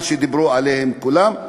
מה שדיברו עליו כולן,